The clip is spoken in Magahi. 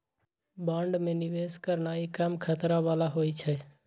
बांड में निवेश करनाइ कम खतरा बला होइ छइ